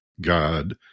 God